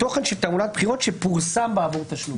תוכן של תעמולת בחירות, שפורסם בעבור תשלום.